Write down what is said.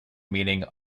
meaning